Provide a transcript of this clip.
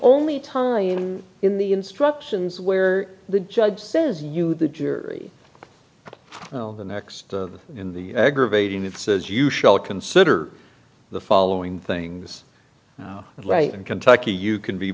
only time in the instructions where the judge says you the jury in the next in the aggravating it says you shall consider the following things now and right in kentucky you can be